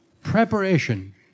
Preparation